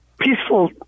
peaceful